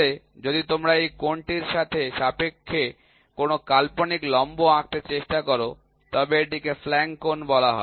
তাহলে যদি তোমরা এই কোণটির সাথে সাপেক্ষে কোনও কাল্পনিক লম্ব আঁকতে চেষ্টা কর তবে এটিকে ফ্ল্যাঙ্ক কোণ বলে